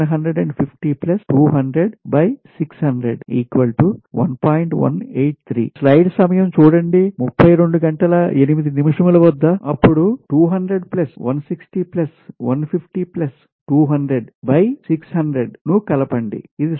183 అప్పుడు 200 160 150 200 600 ను కలపండి ఇది సుమారు గా 1